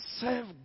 serve